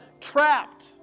trapped